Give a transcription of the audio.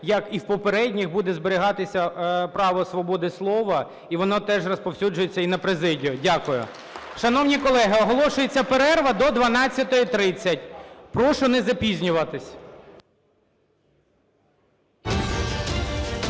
як і в попередніх, буде зберігатися право свободи слова, і воно теж розповсюджується і на президію. Дякую. Шановні колеги, оголошується перерва до 12:30. Прошу не запізнюватись.